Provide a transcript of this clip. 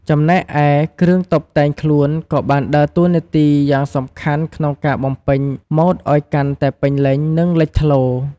ចំណែកឯ គ្រឿងតុបតែងខ្លួនក៏បានដើរតួនាទីយ៉ាងសំខាន់ក្នុងការបំពេញម៉ូដឲ្យកាន់តែពេញលេញ និងលេចធ្លោ។